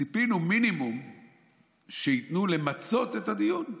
ציפינו שמינימום ייתנו למצות את הדיון.